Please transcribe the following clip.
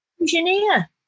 engineer